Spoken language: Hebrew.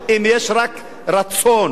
אם רק יש רצון.